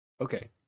okay